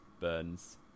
burns